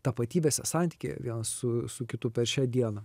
tapatybėse santykiai vienas su su kitu per šią dieną